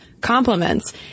compliments